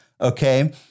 Okay